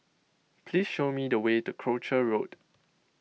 please show me the way to Croucher Road